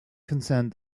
concerned